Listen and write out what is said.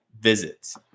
visits